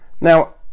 Now